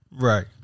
Right